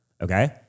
okay